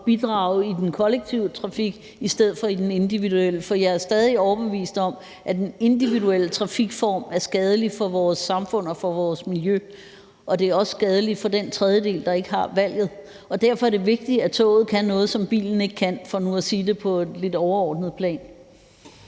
bidrage til den kollektive trafik i stedet for den individuelle. For jeg er stadig overbevist om, at den individuelle trafikform er skadelig for vores samfund og for vores miljø, og den er også skadelig for den tredjedel, der ikke har valget. Derfor er det vigtigt, at toget kan noget, som bilen ikke kan, for nu at tale om det på et lidt overordnet plan.